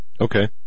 okay